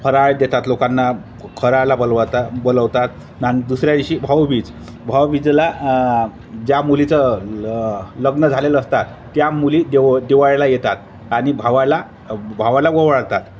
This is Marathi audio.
फराळ देतात लोकांना फराळाला बोलवता बोलवतात आणि दुसऱ्या दिवशी भाऊबीज भाऊबीजेला ज्या मुलीचं ल लग्न झालेलं असतात त्या मुली देव दिवाळीला येतात आणि भावाला भावाला ओवाळतात